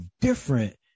different